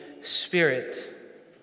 Spirit